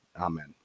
Amen